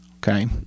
Okay